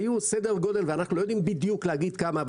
היו סדר גודל אנחנו לא יודעים בדיוק להגיד כמה,